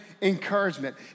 Encouragement